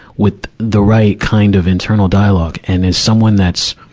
with the right kind of internal dialogue. and as someone that's,